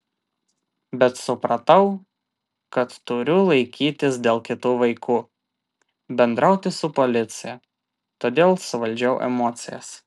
bet supratau kad turiu laikytis dėl kitų vaikų bendrauti su policija todėl suvaldžiau emocijas